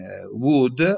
wood